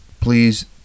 please